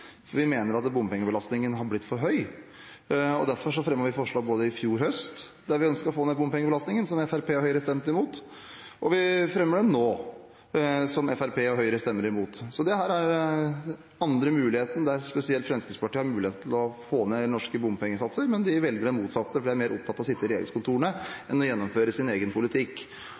regningen. Vi mener at bompengebelastningen har blitt for høy. Derfor fremmet vi forslag i fjor høst, der vi ønsket å få ned bompengebelastningen, som Fremskrittspartiet og Høyre stemte imot, og vi fremmer det nå, og Fremskrittspartiet og Høyre stemmer imot. Dette er den andre muligheten spesielt Fremskrittspartiet har til å få ned norske bompengesatser, men de velger det motsatte – for de er mer opptatt av å sitte i regjeringskontorene enn å gjennomføre sin egen politikk.